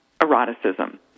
eroticism